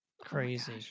Crazy